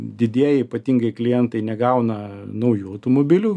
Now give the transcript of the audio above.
didieji ypatingai klientai negauna naujų automobilių